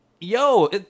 Yo